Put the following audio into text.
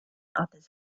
others